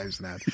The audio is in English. now